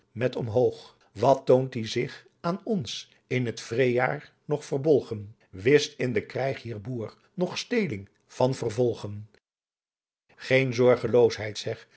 met omhoog wat toond die zig aan ons in t vreêjaar nog verbolgen wist in de krijg hier boer nog steêling van vervolgen geen zorgeloosheid zeg